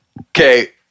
Okay